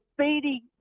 speedy